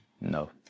No